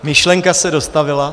Myšlenka se dostavila.